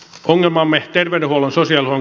tavoitteemme terveydenhuollon suosio on